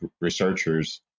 researchers